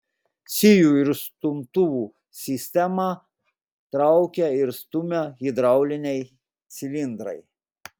sijų ir stumtuvų sistemą traukia ir stumia hidrauliniai cilindrai